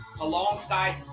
alongside